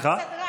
לקרוא לסדרן.